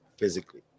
Physically